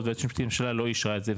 והיועצת המשפטית לממשלה לא אישרה את זה,